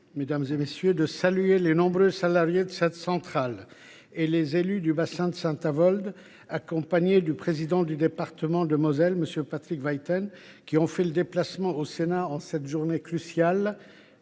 mes chers collègues, de saluer les nombreux salariés de cette centrale, ainsi que les élus du bassin de Saint Avold qui, accompagnés du président du conseil départemental de la Moselle, M. Patrick Weiten, ont fait le déplacement au Sénat en cette journée cruciale.